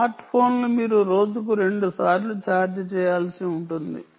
smart ఫోన్లు మీరు రోజుకు రెండుసార్లు ఛార్జ్ చేయాల్సి ఉంటుంది